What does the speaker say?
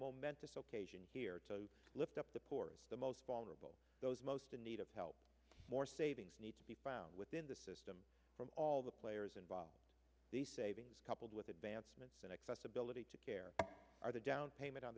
momentous occasion here to lift up the poor and the most vulnerable those most in need of help more savings need to be found within the system from all the players involved the savings coupled with advancements in accessibility to care are the down payment on